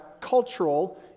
cultural